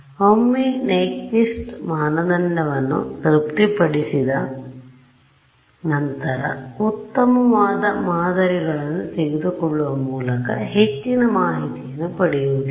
ಒಮ್ಮೆ ನೈಕ್ವಿಸ್ಟ್ ಮಾನದಂಡಗಳನ್ನು ತೃಪ್ತಿಪಡಿಸಿದ ನಂತರ ಉತ್ತಮವಾದ ಮಾದರಿಗಳನ್ನು ತೆಗೆದುಕೊಳ್ಳುವ ಮೂಲಕ ಹೆಚ್ಚಿನ ಮಾಹಿತಿಯನ್ನು ಪಡೆಯುವುದಿಲ್ಲ